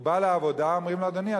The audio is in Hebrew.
הוא בא לעבודה ואומרים לו: אדוני,